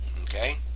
Okay